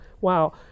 wow